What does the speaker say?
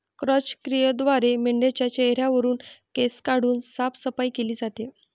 क्रॅच क्रियेद्वारे मेंढाच्या चेहऱ्यावरुन केस काढून साफसफाई केली जाते